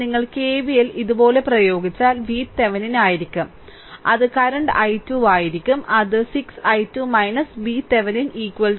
നിങ്ങൾ K V L ഇതുപോലെ പ്രയോഗിച്ചാൽ VThevenin ആയിരിക്കും അത് കറന്റ് i2 ആയിരിക്കും അത് 6 i2 VThevenin 0 ആയിരിക്കും അതായത് VThevenin 6 i2